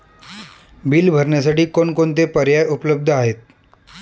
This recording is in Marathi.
बिल भरण्यासाठी कोणकोणते पर्याय उपलब्ध आहेत?